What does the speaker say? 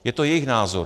Je to jejich názor.